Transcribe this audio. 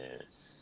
Yes